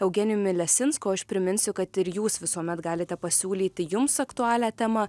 eugenijumi lesinsku o aš priminsiu kad ir jūs visuomet galite pasiūlyti jums aktualią temą